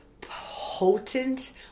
potent